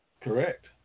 Correct